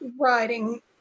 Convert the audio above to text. writing